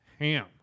ham